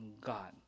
God